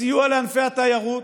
הסיוע לענף התיירות